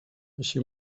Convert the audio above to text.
així